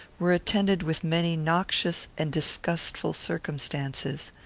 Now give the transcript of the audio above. were attended with many noxious and disgustful circumstances.